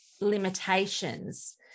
limitations